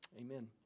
amen